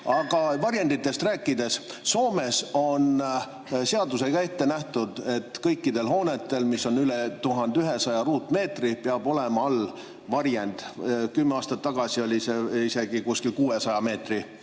Aga varjenditest rääkides, Soomes on seadusega ette nähtud, et kõikidel hoonetel, mis on üle 1100 ruutmeetri, peab olema all varjend. Kümme aastat tagasi oli see isegi kuskil 600 ruutmeetri